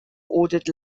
ordered